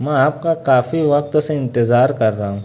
میں آپ کا کافی وقت سے انتظار کر رہا ہوں